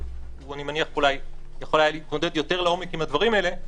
כי אני מניח שהוא אולי היה יכול להתמודד יותר לעומק עם הדברים האלה,